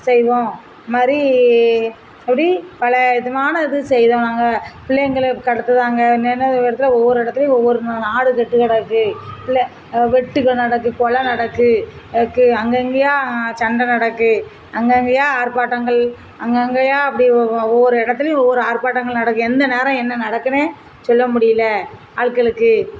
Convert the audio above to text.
செய்வோம் இது மாதிரி அப்படி பலவிதவான இது செய்கிறோம் நாங்கள் பிள்ளைங்களை கடத்துவாங்க இன்னம் இன்னம் இடத்துல ஒவ்வொரு இடத்துலையும் ஒவ்வொரு நாடு கெட்டு கிடக்கு பிள்ளை வெட்டுங்க நடக்குது கொலை நடக்குது அங்கேங்கையா சண்டை நடக்கு அங்கங்கையா ஆர்ப்பாட்டங்கள் அங்கங்கேயா அப்படி ஒ ஒவ்வொரு இடத்துலையும் ஒவ்வொரு ஆர்ப்பாட்டங்கள் நடக்குது எந்த நேரம் என்ன நடக்குதுனே சொல்ல முடியல ஆட்களுக்கு